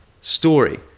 story